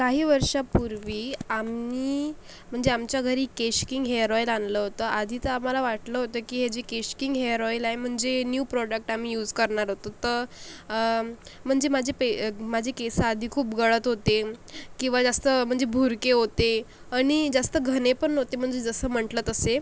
काही वर्षापूर्वी आम्ही म्हणजे आमच्या घरी केशकिंग हेअर ऑईल आणलं होत आधी तर आम्हाला वाटलं होत की हे जे केशकिंग हेअर ऑईल आहे म्हणजे न्यू प्रोडक्ट आम्ही यूस करणार होतो तर म्हणजे माझे पे माझे केस आधी खूप गळत होते किंवा जास्त म्हणजे भुरके होते आणि जास्त घनेपण नव्हते म्हणजे जसं म्हंटलं तसे